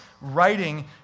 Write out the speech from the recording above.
writing